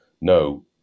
No